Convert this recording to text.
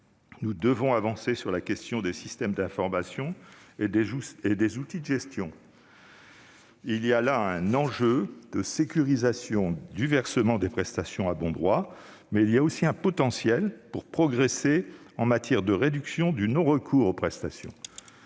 Nous devons avancer sur la question des systèmes d'information et des outils de gestion. Il y a là un enjeu de sécurisation du versement des prestations à bon droit, mais aussi un potentiel pour progresser en matière de réduction du non-recours aux prestations.